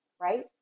right